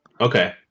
Okay